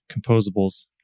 composables